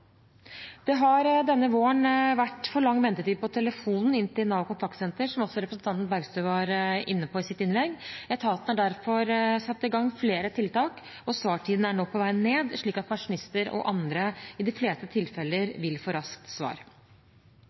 har denne våren vært for lang ventetid på telefon inn til Nav Kontaktsenter, noe også representanten Bergstø var inne på i sitt innlegg. Etaten har derfor satt i gang flere tiltak, og svartidene er nå på vei ned slik at pensjonister og andre i de fleste tilfeller vil få raskt svar.